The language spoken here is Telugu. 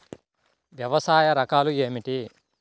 వ్యవసాయ రకాలు ఏమిటి?